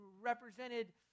represented